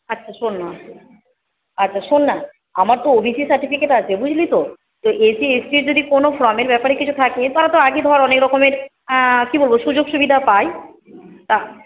আচ্ছা শোন না আচ্ছা শোন না আমার তো ওবিসি সার্টিফিকেট আছে বুঝলি তো তো এসসি এসটির যদি কোনো ফর্মের ব্যাপারে কিছু থাকে তাহলে তো আগে ধর অনেক রকমের কী বলবো সুযোগ সুবিধা পাই তা